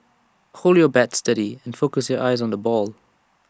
hold your bat steady and focus your eyes on the ball